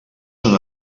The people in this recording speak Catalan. són